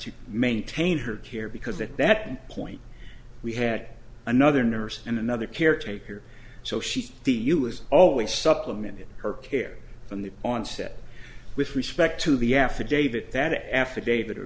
to maintain her care because at that point we had another nurse and another caretaker so she the us always supplemented her care from the onset with respect to the affidavit that affidavit or